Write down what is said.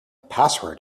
password